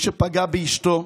מי שפגע באשתו,